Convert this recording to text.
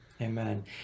Amen